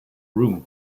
room